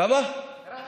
ברהט